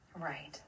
Right